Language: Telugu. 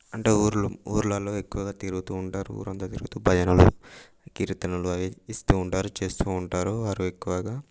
అంటే ఊర్లు ఊర్లలో ఎక్కువగా తిరుగుతూ ఉంటారు ఊరంతా తిరుగుతూ భజనలు కీర్తనలు అవి ఇస్తూ ఉంటారు చేస్తూ ఉంటారు వారు ఎక్కువగా